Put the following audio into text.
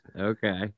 Okay